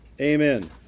Amen